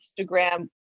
Instagram